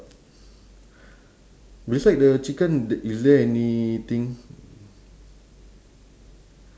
beside the chicken d~ is there anything